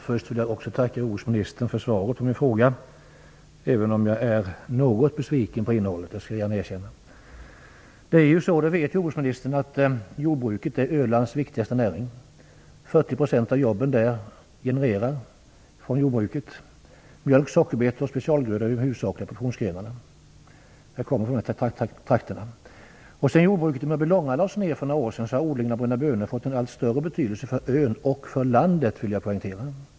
Fru talman! Också jag vill tacka jordbruksministern för svaret på min fråga, även om jag är något besviken på innehållet. Det skall jag gärna erkänna. Jordbruksministern vet att jordbruket är Ölands viktigaste näring. 40 % av jobben genereras ur jordbruket. Mjölk, sockerbetor och specialgrödor är de huvudsakliga produktionsgrenarna. De kommer från dessa trakter. Sedan sockerbruket i Mörbylånga lades ned för några år sedan har odlingen av bruna bönor fått en allt större betydelse för ön och för landet, vill jag poängtera.